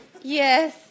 Yes